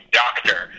doctor